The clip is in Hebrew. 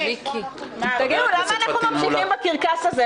למה אנחנו ממשיכים בקרקס הזה?